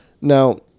Now